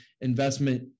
investment